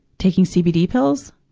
taking cbd pills.